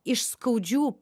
iš skaudžių